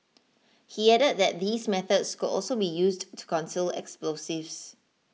he added that these methods could also be used to conceal explosives